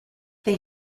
they